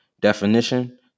definition